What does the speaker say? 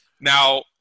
Now